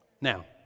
Now